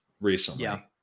recently